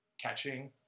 Catching